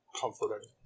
comforting